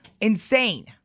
insane